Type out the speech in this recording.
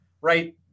right